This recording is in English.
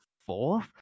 fourth